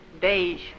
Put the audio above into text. beige